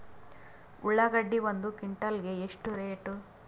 ಉಳ್ಳಾಗಡ್ಡಿ ಒಂದು ಕ್ವಿಂಟಾಲ್ ಗೆ ಎಷ್ಟು ರೇಟು?